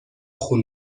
خون